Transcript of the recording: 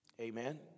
Amen